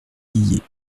guiers